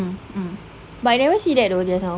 mm mm but I never see that though just now